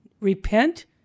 repent